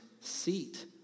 seat